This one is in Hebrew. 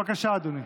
בבקשה, אדוני.